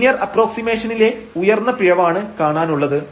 linear അപ്രോക്സിമേഷനിലെ ഉയർന്ന പിഴവാണ് കാണാനുള്ളത്